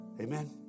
Amen